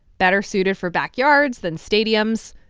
better suited for backyards than stadiums,